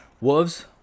wolves